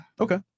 Okay